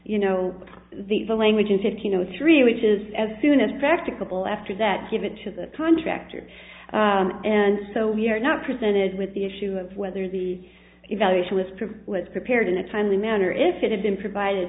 you know the the language in fifteen zero three which is as soon as practicable after that give it to the contractor and so we are not presented with the issue of whether the evaluation list was prepared in a timely manner if it had been provided